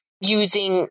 using